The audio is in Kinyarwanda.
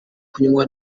kunywa